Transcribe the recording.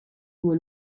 when